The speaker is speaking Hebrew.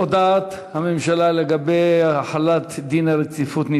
הודעת הממשלה על רצונה להחיל דין רציפות על